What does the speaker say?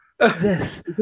Yes